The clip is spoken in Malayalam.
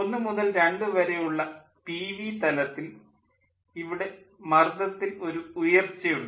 ഒന്നു മുതൽ രണ്ടു വരെ ഉള്ള പി വി തലത്തിൽ ഇവിടെ മർദ്ദത്തിൽ ഒരു ഉയർച്ച ഉണ്ട്